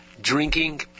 drinking